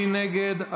מי נגד?